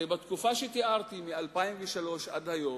בתקופה שתיארתי, מ-2003 עד היום,